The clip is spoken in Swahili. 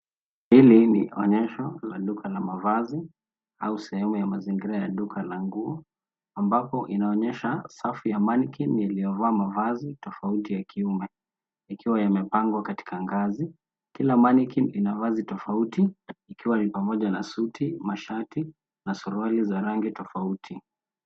Hili ni onyesho la duka la mavazi au sehemu ya mazingira ya duka la nguo ambapo inaonyesha safu ya mannequin iliyo vaa mavazi tofauti ya kiume ikiwa imepangwa katika ngazi. kila mannequin ina vazi tofauti, ikiwa ni pamoja na suti, mashati na suruali za rangi tofauti.